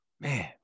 Man